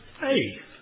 faith